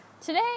Today